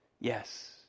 yes